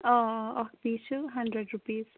آ آ اکھ پیٖس چھِ ہَنڈرڈ رُپیٖز